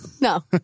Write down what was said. no